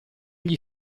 gli